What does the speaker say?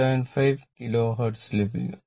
475 kilo hertz ലഭിക്കും